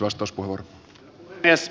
arvoisa puhemies